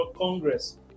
Congress